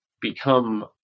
become